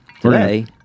Today